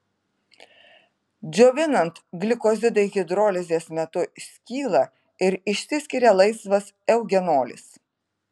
džiovinant glikozidai hidrolizės metu skyla ir išsiskiria laisvas eugenolis